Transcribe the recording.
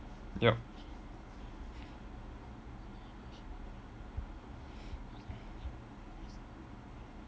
yup